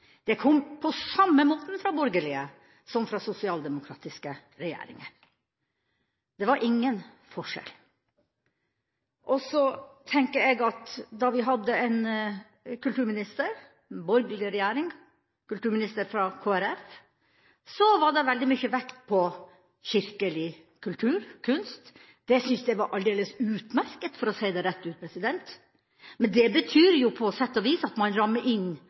Det kom på samme måten fra borgerlige som fra sosialdemokratiske regjeringer. Det var ingen forskjell. Da vi hadde en borgerlig regjering med en kulturminister fra Kristelig Folkeparti, var det mye vektlegging av kirkelig kultur og kunst. Det syntes jeg var aldeles utmerket, for å si det rett ut, men det betyr jo på sett og vis at man rammer inn